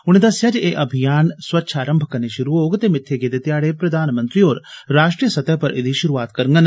उनें दस्सेआ जे एह् अभियान स्वच्छारम्म कन्नै शुरु होग ते मित्थे गेदे ध्याडे प्रधानमंत्री होर राष्ट्रीय सतह पर एह्दी शुरुआत करगन